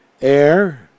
air